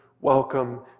welcome